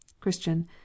Christian